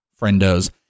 friendo's